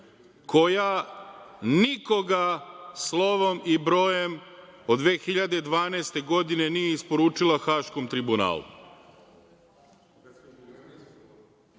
koja nikoga slovom i brojem od 2012. godine nije isporučila Haškom tribunalu,